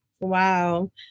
Wow